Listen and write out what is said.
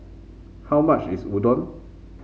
how much is Udon